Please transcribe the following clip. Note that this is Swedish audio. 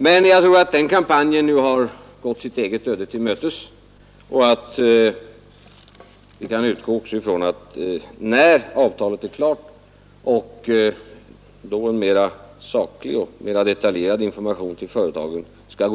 Den kampanjen tror jag emellertid nu har gått sitt eget öde till mötes, och vi kan väl utgå från att det när avtalet är klart skall gå ut en mera saklig och detaljerad information till företagen och att